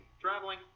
Traveling